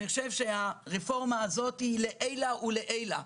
הרפורמה הזאת היא לעילא ולעילא.